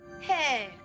Hey